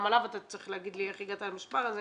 גם על זה אתה צריך להגיד לי, איך הגעת למספר הזה.